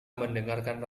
mendengarkan